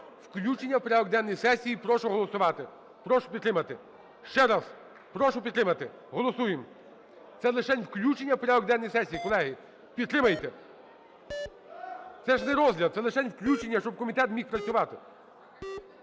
включення в порядок денний сесії. Прошу голосувати. Прошу підтримати. Ще раз. Прошу підтримати. Голосуємо! Це лишень включення в порядок денний сесії, колеги. Підтримайте! Це ж не розгляд, це лишень включення, щоб комітет міг працювати.